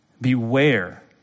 Beware